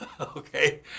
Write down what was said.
okay